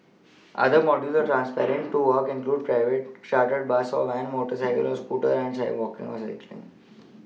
other modes of transport to work include private Chartered bus or van motorcycle or scooter and walking or cycling